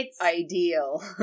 ideal